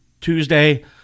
Tuesday